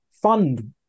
fund